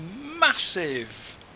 massive